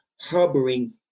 harboring